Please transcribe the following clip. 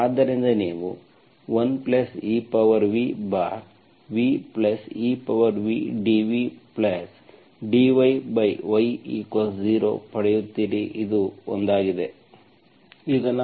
ಆದ್ದರಿಂದ ನೀವು 1evvevdvdyy0 ಪಡೆಯುತ್ತೀರಿ ಇದು ಒಂದಾಗಿದೆ